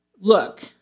look